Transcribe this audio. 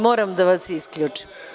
Moram da vas isključim.